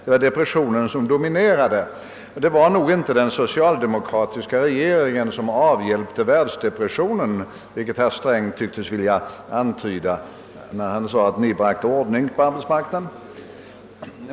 Det var världsdepressionen som dominerade. Det var nog inte den socialdemokratiska regeringen som avhjälpte världsdepressionen, vilket herr Sträng tycktes vilja antyda när han sade att regeringen bragte ordning på arbetsmarknaden.